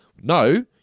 No